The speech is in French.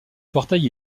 portail